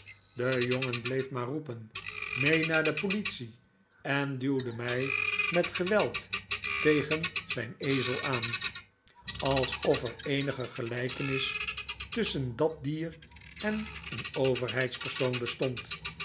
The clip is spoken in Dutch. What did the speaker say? pode jongen bleef maar eoepen mee naar de politie en duwd'e mij met geweld tegen zijn ezel aan alsof er eenige gelijkenis tusschen dat dier en een overheidspersoon bestond